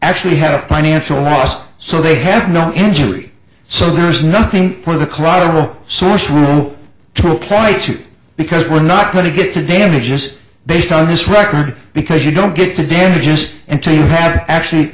actually had a financial loss so they have no injury so there is nothing for the chloral source rule to apply to because we're not going to get to damages based on this record because you don't get to damages until you actually